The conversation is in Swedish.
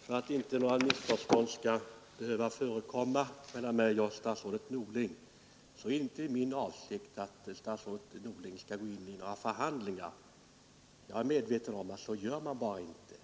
För att inte några missförstånd skall behöva förekomma mellan mig och statsrådet Norling vill jag säga att det inte är min avsikt att statsrådet Norling skall gå in i några förhandlingar. Jag är medveten om att så gör man bara inte.